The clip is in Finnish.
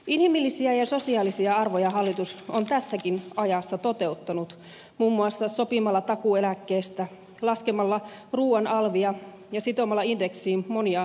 inhimillisiä ja sosiaalisia arvoja hallitus on tässäkin ajassa toteuttanut muun muassa sopimalla takuueläkkeestä laskemalla ruuan alvia ja sitomalla indeksiin monia sosiaalietuuksia